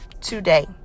today